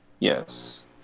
yes